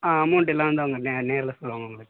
amount எல்லாம் வந்து அவங்க நேரில் சொல்லுவாங்க உங்களுக்கு